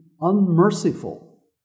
unmerciful